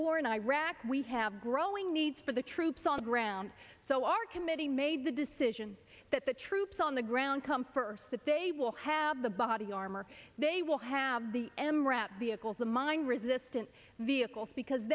war in iraq we have growing needs for the troops on the ground so our committee made the decision that the troops on the ground come first that they will have the body armor they will have the emirate vehicles the mine resistant vehicles because